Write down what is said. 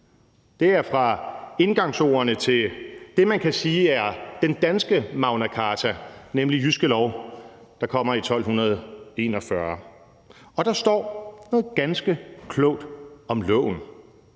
Det er fra indgangsordene til det, man kan sige er den danske Magna Carta, nemlig Jyske Lov, der kommer i 1241. Og der står noget ganske klogt om loven.